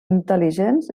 intel·ligents